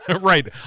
right